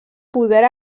poder